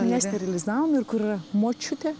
nesterilizavom ir kur močiutė